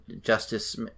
Justice